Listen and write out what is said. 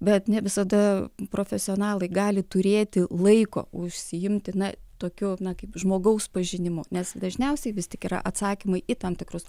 bet ne visada profesionalai gali turėti laiko užsiimti na tokiu na kaip žmogaus pažinimu nes dažniausiai vis tik yra atsakymai į tam tikrus